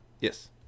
Yes